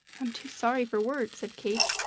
am too sorry for words, said kate.